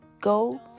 go